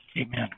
Amen